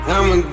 I'ma